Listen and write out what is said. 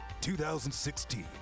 2016